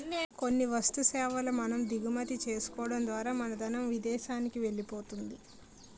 కొన్ని వస్తు సేవల మనం దిగుమతి చేసుకోవడం ద్వారా మన ధనం విదేశానికి వెళ్ళిపోతుంది